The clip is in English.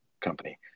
company